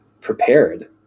prepared